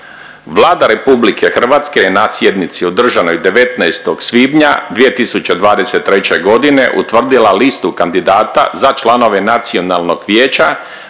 Vlada RH je na sjednici održanoj 19. svibnja 2023. g. utvrdila listu kandidata za članove nacionalnog vijeća